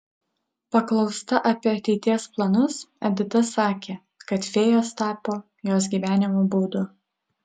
paklausta apie ateities planus edita sakė kad fėjos tapo jos gyvenimo būdu